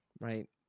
right